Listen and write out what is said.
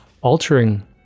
altering